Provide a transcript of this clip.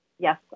Yes